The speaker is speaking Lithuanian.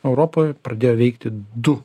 europoj pradėjo veikti du